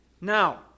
Now